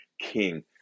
king